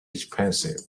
expensive